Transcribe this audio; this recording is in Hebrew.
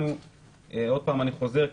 אני עוד פעם חוזר,